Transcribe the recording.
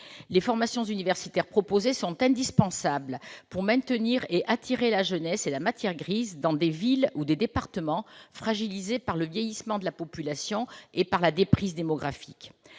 Les formations universitaires proposées sont indispensables pour maintenir et attirer la jeunesse et la matière grise dans des villes ou des départements fragilisés par le vieillissement de la population et la déprise démographique.